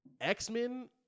X-Men